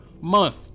month